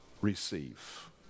receive